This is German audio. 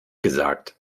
gesagt